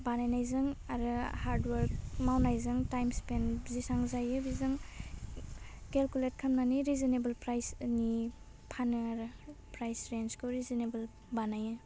बानायनायजों आरो hard work मावनायजों time span बिसां जायो बेजों केलकुलेट खामनानै रेजिनेबोल प्राइसओनि फानो आरो प्राइस रेनसखौ रेजिनेबोल बानायो